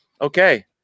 okay